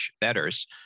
betters